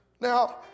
Now